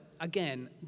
Again